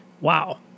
Wow